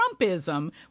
Trumpism